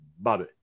Bobby